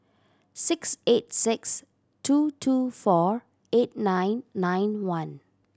six eight six two two four eight nine nine one